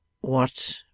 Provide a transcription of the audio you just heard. What